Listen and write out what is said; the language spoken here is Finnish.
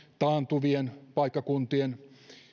taantuvien paikkakuntien